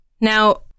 Now